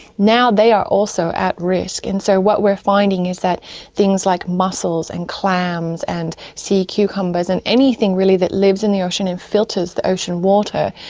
now they are also at risk and so what we're finding is that things like mussels and clams and sea cucumbers, and anything really that lives in the ocean and filters the ocean water,